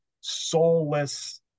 soulless